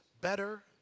Better